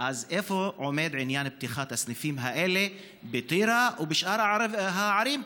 איפה עומד עניין פתיחת הסניפים האלה בטירה ובשאר הערים,